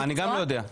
אני גם לא יודע.